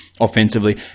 offensively